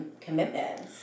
commitments